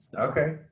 Okay